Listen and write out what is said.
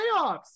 playoffs